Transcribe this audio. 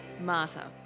Marta